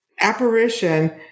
apparition